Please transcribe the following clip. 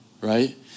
right